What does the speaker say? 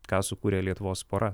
ką sukūrė lietuvos pora